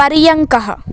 पर्यङ्कः